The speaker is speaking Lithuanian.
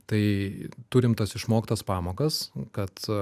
tai turim tas išmoktas pamokas kad